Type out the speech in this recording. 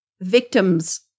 victims